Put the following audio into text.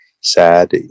sad